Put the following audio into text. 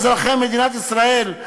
אזרחי מדינת ישראל,